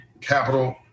capital